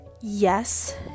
Yes